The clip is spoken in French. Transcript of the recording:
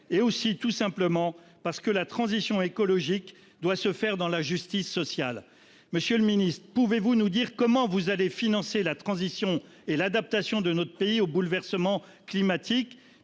enfin, tout simplement, parce que la transition écologique doit se faire dans la justice sociale. Monsieur le ministre, comment allez-vous financer la transition et l'adaptation de notre pays au bouleversement climatique ?